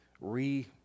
re